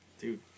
Dude